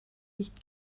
nicht